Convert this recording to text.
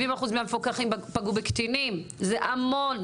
70% מהמפוקחים פגעו בקטינים זה המון.